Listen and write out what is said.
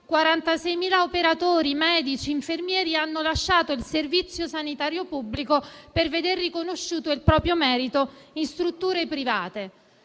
46.000 operatori (medici e infermieri) hanno lasciato il servizio sanitario pubblico per veder riconosciuto il proprio merito in strutture private.